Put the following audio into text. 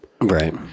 Right